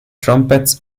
trumpets